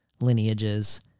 lineages